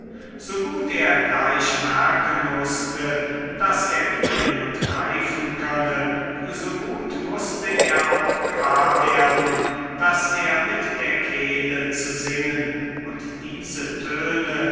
so gut er gleich merken mußte daß er gehen und greifen könne so gut mußte er auch gewahr werden daß er mit der kehle zu singen und diese töne